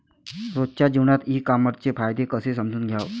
रोजच्या जीवनात ई कामर्सचे फायदे कसे समजून घ्याव?